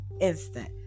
instant